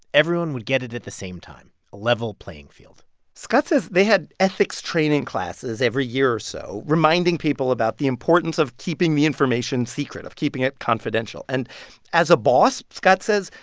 everyone would get it at the same time a level playing field scott says they had ethics training classes every year or so, reminding people about the importance of keeping the information secret of keeping it confidential. and as a boss, scott says,